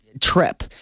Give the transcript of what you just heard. trip